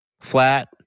Flat